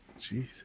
Jeez